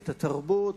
את התרבות,